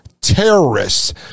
terrorists